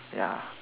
ya